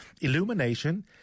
Illumination